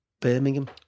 Birmingham